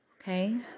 Okay